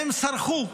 הם סרחו.